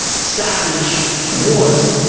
savage wars,